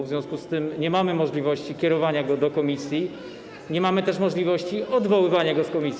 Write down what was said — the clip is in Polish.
W związku z tym nie mamy możliwości kierowania go do komisji, nie mamy też możliwości odwoływania go z komisji.